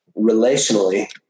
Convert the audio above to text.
relationally